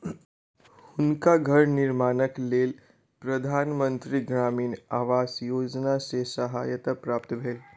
हुनका घर निर्माणक लेल प्रधान मंत्री ग्रामीण आवास योजना सॅ सहायता प्राप्त भेल